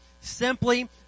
simply